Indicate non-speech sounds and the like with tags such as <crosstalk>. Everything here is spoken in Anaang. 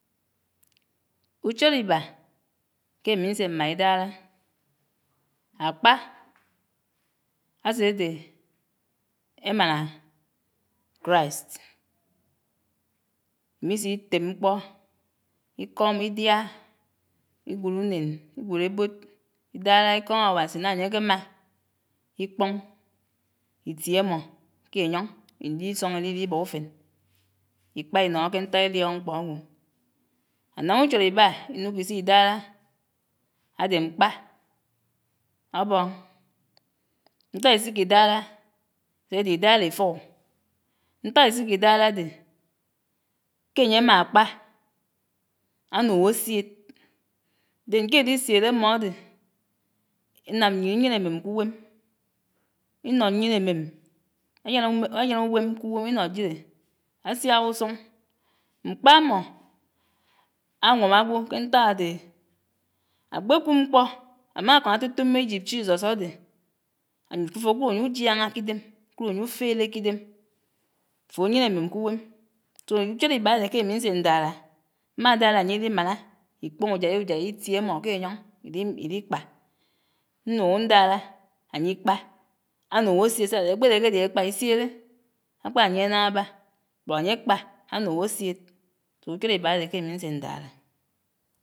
Uchóró iba ke ámi nse mmà idará, akpá asédé emmáná christ, im'isi ítèm mkpó, íkom, idia, ígwod unen, ígwod ebod, ídara íkom Áwasi naña anyé'kemá Íkpoñ ítie amó ke anyoñ ndi isoñ irírí bó ufen, ikpá inòr ke nták iriokmkpó agwo. Anam uchóró iba inukò ís'ídara adé mkpa áboñ. Ntak ís'íkidara asédé idaga élifugó, ntak ís'íkidara adé ke ányé ámakpá ánugo ásiet den k'edi ísiet ámmódé, ánam ñyin inyené emem k'uwem inónyiné emem <unintelligible> árian uwem k'uwem inógire, ásiak usuñ. Mkpa amó ánwam agwo ke nták adegé, akpékud mkpó, amákab átòtòmò íjib jisus adé <unintelligible> afokud anyé ujiaña k'ídem, akud anyé ufere k'ídem, afo anyené emem k'uwem so uchóró ib'ade ke ami nsè ñdara, mmà dara anyédi mànà ikpóñ ujai ujai itie amò ke ayoñ iri ir'íkpa, ñnuñó ndara anyé ikpa anuño asèd sáde akpéré kedé akpá isiedé, akpáyie nañ'ába. bot anyé kpá anuño asíed, so uchóró ib'áde kemi ñse ñdara